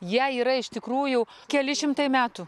jai yra iš tikrųjų keli šimtai metų